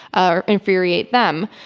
ah infuriate them.